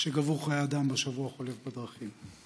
שגבו חיי אדם בשבוע החולף בדרכים: